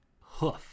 hoof